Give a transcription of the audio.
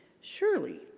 Surely